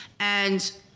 and,